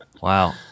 Wow